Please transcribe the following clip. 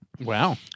Wow